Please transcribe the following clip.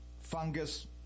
fungus